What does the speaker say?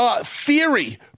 theory